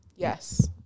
yes